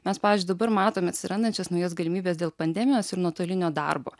mes pavyzdžiui dabar matome atsirandančias naujas galimybes dėl pandemijos ir nuotolinio darbo